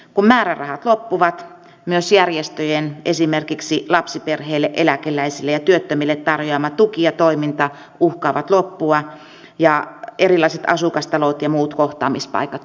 kun määrärahat loppuvat myös järjestöjen esimerkiksi lapsiperheille eläkeläisille ja työttömille tarjoama tuki ja toiminta uhkaavat loppua ja erilaiset asukastalot ja muut kohtaamispaikat sulkeutua